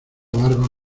barba